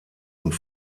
und